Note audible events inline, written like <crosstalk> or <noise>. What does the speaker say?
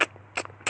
<noise>